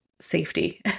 safety